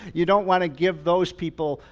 you don't want to give those people,